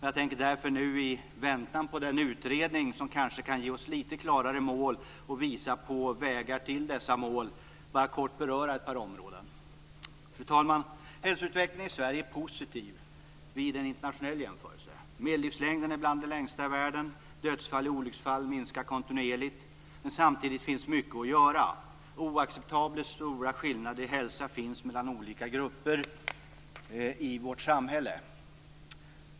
Jag tänker därför nu, i väntan på den utredning som kanske kan ge oss litet klarare mål och visa på vägar till dessa mål, bara kort beröra ett par områden. Fru talman! Hälsoutvecklingen i Sverige är positiv vid en internationell jämförelse. Medellivslängden är bland de längsta i världen. Dödsfallen genom olyckor minskar kontinuerligt. Samtidigt finns det mycket att göra. Oacceptabelt stora skillnader i hälsa finns mellan olika grupper i vårt samhälle.